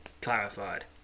clarified